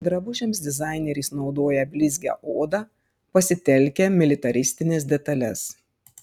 drabužiams dizaineris naudoja blizgią odą pasitelkia militaristines detales